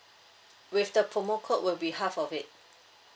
with the promo code will be half of it